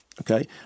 Okay